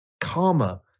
karma